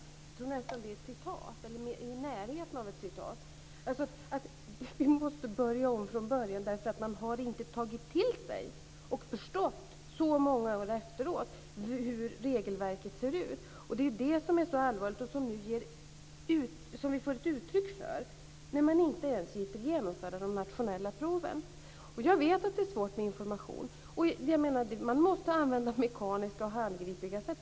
Jag tror nästan att det är ett citat, eller i närheten av ett citat. Vi måste börja om från början därför att man inte har tagit till sig och förstått så många år efteråt hur regelverket ser ut. Det är det som är så allvarligt och som vi nu får ett uttryck för när man inte ens gitter genomföra de nationella proven. Jag vet att det är svårt med information. Man måste använda mekaniska och handgripliga sätt.